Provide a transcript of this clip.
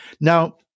Now